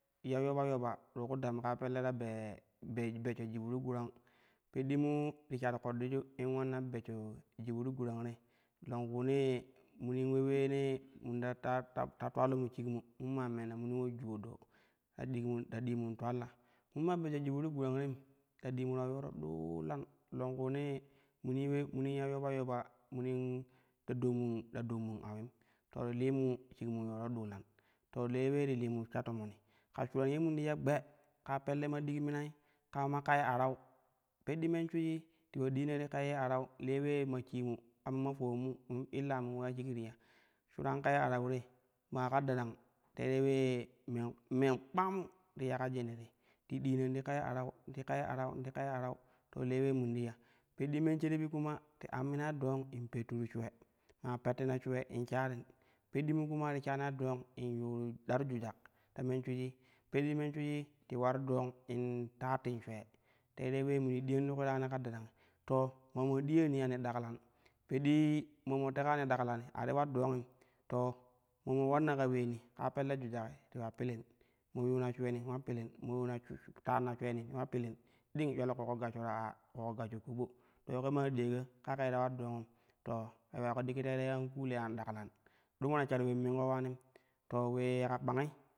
Ya yoba yoba ti kudan ka pelle ta bee-be-beshshjiuru gurang peɗɗimu ti shar koɗɗoju in ulanna in ɓeshsho jiuru gurang te longkuunee munin ule uleenee tata tulalomu shik mu mun maa meena munin ula juwo doo ta dikmu ta diimun tulalla mun maa beshsho jiuri gurang tem ta diimu ta yoro ɗuulan longkuunee munii ule munin ya yoba yoɓa mulain ba dom mun awim to ti limu shik mun yoro ɗuulan to le ule ti limu sha tomoni. Ka shuran ye mun tiya gbe ka pelle ma dik minai, kan ma kai arau peddi men shuijii ti ula diina ti kayi arau te ulee ma shimu kama ma foulan mu mun illa mun uleya shigi ti ya, shuran kou arau te maa ka darang teerei ulee mea men kpang mu ti ya ka jene te ti diin ti kai arau, ti kai arau, ti kai arau ti le ulee mun ti ya peɗɗi men sherebi kum ti ammini dong ti petturu shuwe maa peltina shuwe in sharim peɗɗimu kuma ti shanai dong in yuni, daru jujak ta men shuiji peddi men shwiji ti ular dong in taattin shwee teere ulee mun ti diyan ti kui ta yani ka darangi to maamo diya yani daklan peɗɗi maa mo teka ya ni ɗaklani a ti ular dongim to maa mo ulanna ka uleeni ka pelle jujaki ti iua pilin, ino yuuna shweni ula pilin mo taanna shuleeni ula pilin ding julal ƙoƙo gashsho ta aa ƙoƙo gashsho ƙoɓo to ke maa diya ko kake ta ular dangum to ke yuwa digi teepei an kuule an daklan do mo ta shen ule in minko ulanin to ule yeka kpangi.